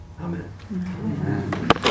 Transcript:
Amen